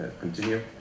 continue